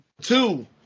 two